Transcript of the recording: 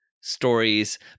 stories